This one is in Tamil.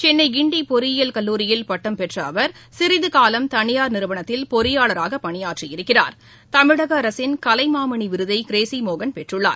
சென்னைகிண்டிபொறியியல் கல்லூரியில் பட்டம் பெற்றஅவர் சிறிதுகாலம் கனியார் நிறுவனத்தில் பொறியாளராகபணியாற்றியிருக்கிறார் தமிழகஅரசின் கலைமாமணிவிருதைகிரேஸிமோகன் பெற்றுள்ளார்